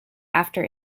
after